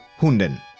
hunden